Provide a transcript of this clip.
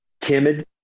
timid